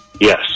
Yes